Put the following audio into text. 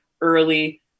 early